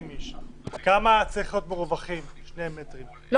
איש; כמה צריכים להיות מרווחים 2 מטרים.